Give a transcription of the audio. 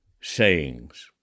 sayings